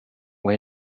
way